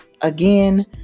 Again